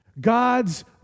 God's